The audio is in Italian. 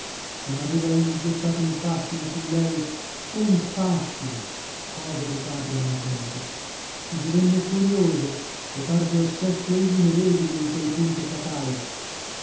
non aveva egli gettato un fascino su lei un fascino povero padre anacleto ci divenne furioso e parve ossesso egli medesimo in quel punto fatale